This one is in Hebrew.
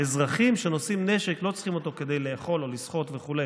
האזרחים שנושאים נשק לא צריכים אותו כדי לאכול או לשחות וכו',